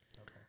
Okay